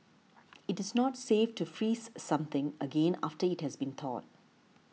it is not safe to freeze something again after it has thawed